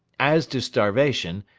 as to starvation,